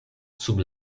sub